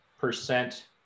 percent